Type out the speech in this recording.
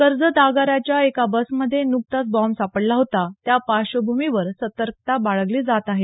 कर्जत आगाराच्या एका बसमध्ये नुकताच बॉम्ब सापडला होता त्यापार्श्वभूमीवर सतर्कता बाळगली जात आहे